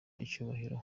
icyubahiro